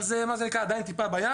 זה עדיין טיפה בים.